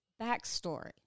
backstory